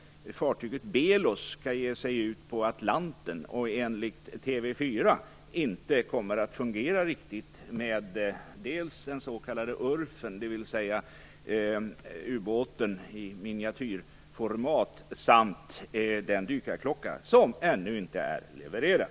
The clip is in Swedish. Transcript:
Fartyget Belos, som skall ge sig ut på Atlanten, har fått problem. Enligt TV 4 kommer dels den s.k. URF, dvs. ubåten i miniatyrformat, inte att fungera riktigt, dels är en dykarklocka ännu inte är levererad.